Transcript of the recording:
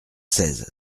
seize